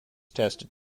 tested